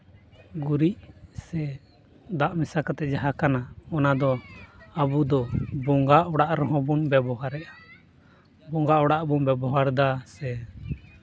ᱜᱩᱨᱤᱡ ᱥᱮ ᱫᱟᱜ ᱢᱮᱥᱟ ᱠᱟᱛᱮᱫ ᱡᱟᱦᱟᱸ ᱠᱟᱱᱟ ᱚᱱᱟ ᱫᱚ ᱟᱵᱚ ᱫᱚ ᱵᱚᱸᱜᱟ ᱚᱲᱟᱜ ᱨᱮᱦᱚᱸ ᱵᱚᱱ ᱵᱮᱵᱚᱦᱟᱨᱮᱫᱟ ᱵᱚᱸᱜᱟ ᱚᱲᱟᱜ ᱨᱮᱵᱚᱱ ᱵᱮᱵᱚᱦᱟᱨᱫᱟ ᱥᱮ